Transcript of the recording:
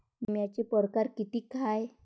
बिम्याचे परकार कितीक हाय?